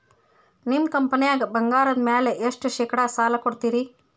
ನಿಮ್ಮ ಕಂಪನ್ಯಾಗ ಬಂಗಾರದ ಮ್ಯಾಲೆ ಎಷ್ಟ ಶೇಕಡಾ ಸಾಲ ಕೊಡ್ತಿರಿ?